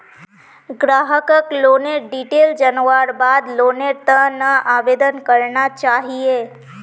ग्राहकक लोनेर डिटेल जनवार बाद लोनेर त न आवेदन करना चाहिए